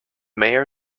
mayor